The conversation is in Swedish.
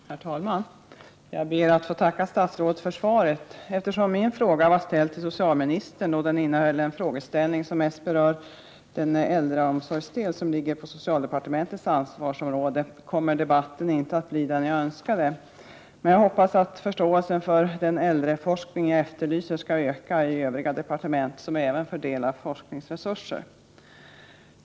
Herr talman! Jag ber att få tacka statsrådet för svaret. Eftersom min fråga var ställd till socialministern, då den innehöll en frågeställning som mest berör den äldreomsorgsdel som ligger på socialdepartementets ansvarsområde, kommer debatten inte att bli den jag önskade. Men jag hoppas att förståelsen för den äldreforskning jag efterlyser skall öka i övriga departement som även fördelar forskningsresurser.